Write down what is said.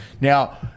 Now